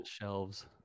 shelves